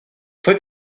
fue